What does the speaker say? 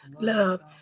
love